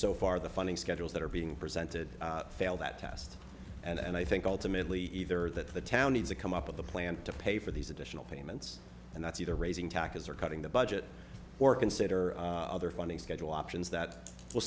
so far the funding schedules that are being presented fail that test and i think ultimately either that the town needs to come up with a plan to pay for these additional payments and that's either raising taxes or cutting the budget or consider other funding schedule options that will